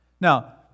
Now